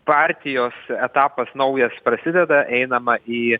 partijos etapas naujas prasideda einama į